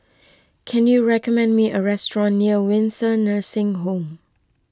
can you recommend me a restaurant near Windsor Nursing Home